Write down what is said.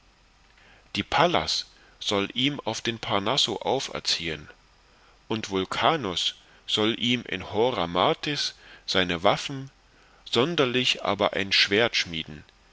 die pallas soll ihn auf dem parnasso auferziehen und vulcanus soll ihm in hora martis seine waffen sonderlich aber ein schwert schmieden